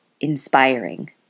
inspiring